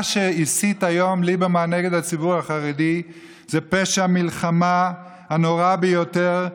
מה שהסית היום ליברמן נגד הציבור החרדי זה פשע המלחמה הנורא ביותר.